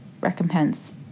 recompense